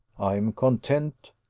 i am content,